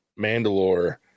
Mandalore